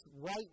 right